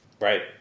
Right